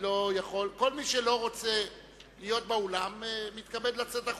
כל מי שלא רוצה להיות באולם מתכבד לצאת החוצה,